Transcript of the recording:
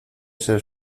ser